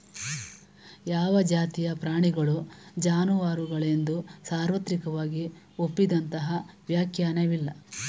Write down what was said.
ಯಾವ ಜಾತಿಯ ಪ್ರಾಣಿಗಳು ಜಾನುವಾರುಗಳೆಂದು ಸಾರ್ವತ್ರಿಕವಾಗಿ ಒಪ್ಪಿದಂತಹ ವ್ಯಾಖ್ಯಾನವಿಲ್ಲ